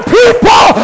people